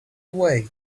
away